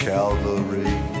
Calvary